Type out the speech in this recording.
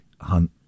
hunt